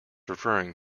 referring